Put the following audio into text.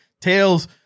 Tails